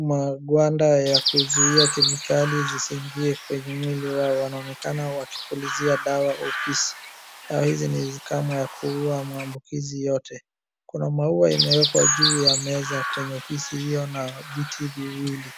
magwanda ya kuzuia kemikali zisiingie kwenye mwili wao wanaonekana wakipulizia dawa ofisi. Dawa hizi ni kamwe ya kuuwa maambukizi yote. Kuna maua yameekwa juu ya meza kwenye ofisi hio na viti viwili.